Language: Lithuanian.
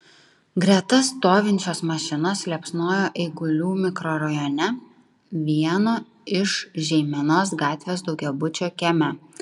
greta stovinčios mašinos liepsnojo eigulių mikrorajone vieno iš žeimenos gatvės daugiabučio kieme